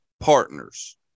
Partners